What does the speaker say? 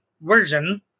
version